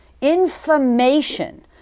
information